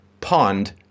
pond